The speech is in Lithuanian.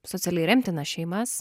socialiai remtinas šeimas